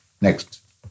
Next